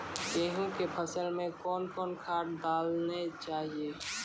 गेहूँ के फसल मे कौन कौन खाद डालने चाहिए?